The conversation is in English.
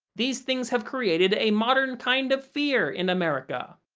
these things have created a modern kind of fear in america.